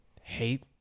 hate